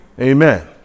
Amen